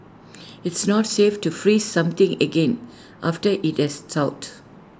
it's not safe to freeze something again after IT has thawed